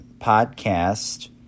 podcast